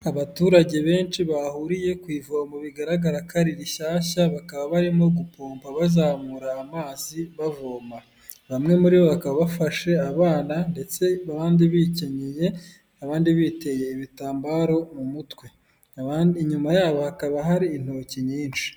Abaturage benshi bahuriye ku ivomo bigaragara ko ari rishyashya, bakaba barimo gupomba bazamura amazi bavoma, bamwe muri bo bakaba bafashe abana ndetse abandi bikenyeye, abandi biteye ibitambaro mu mutwe, abandi inyuma yabo hakaba hari intoki nyinshi.